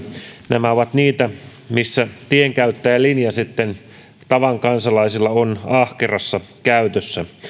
nämä ovat niitä missä tienkäyttäjän linja tavan kansalaisilla on sitten ahkerassa käytössä